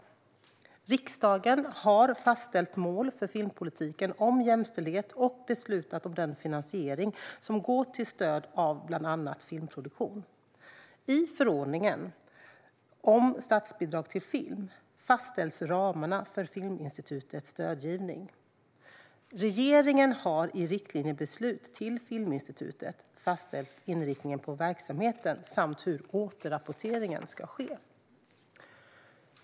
Riksdagen har fastställt mål för filmpolitiken om jämställdhet och beslutat om den finansiering som går till stöd av bland annat filmproduktion. I förordningen om statsbidrag till film fastställs ramarna för Filminstitutets stödgivning. Regeringen har i riktlinjebeslut till Filminstitutet fastställt inriktningen på verksamheten och hur återrapportering ska ske.